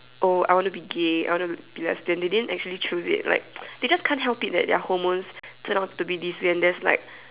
oh I want to be gay I want to be lesbian they didn't actually choose it like they just can't help it that their hormones turned out to be this way and there's like